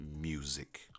music